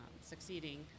succeeding